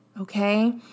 okay